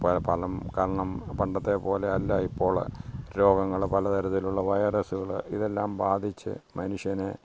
പ് പലം കാരണം പണ്ടത്തെപോലെ അല്ല ഇപ്പോള് രോഗങ്ങള് പല തരത്തിലുള്ള വൈറസുകള് ഇതെല്ലാം ബാധിച്ച് മനുഷ്യനെ